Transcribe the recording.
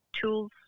tools